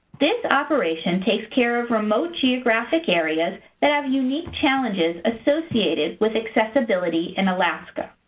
this operation takes care of remote geographic areas that have unique challenges associated with accessibility in alaska.